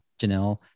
Janelle